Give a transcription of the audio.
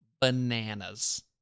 bananas